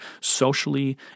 socially